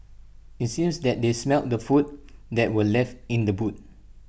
IT seems that they smelt the food that were left in the boot